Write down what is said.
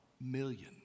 million